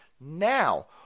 Now